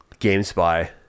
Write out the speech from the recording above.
GameSpy